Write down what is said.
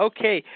Okay